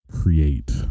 create